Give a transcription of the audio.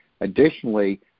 additionally